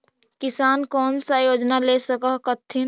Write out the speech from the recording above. किसान कोन सा योजना ले स कथीन?